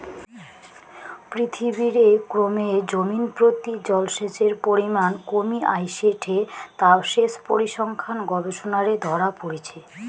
পৃথিবীরে ক্রমে জমিনপ্রতি জলসেচের পরিমান কমি আইসেঠে তা সেচ পরিসংখ্যান গবেষণারে ধরা পড়িচে